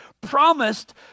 promised